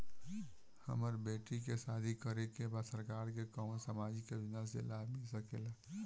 हमर बेटी के शादी करे के बा सरकार के कवन सामाजिक योजना से लाभ मिल सके ला?